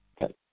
Okay